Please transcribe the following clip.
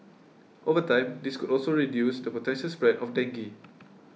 over time this could also reduce the potential spread of dengue